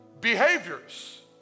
behaviors